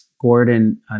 Gordon